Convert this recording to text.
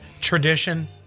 tradition